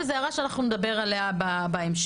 וזאת הערה שאנחנו נדבר עליה בהמשך,